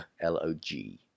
L-O-G